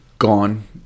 Gone